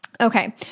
Okay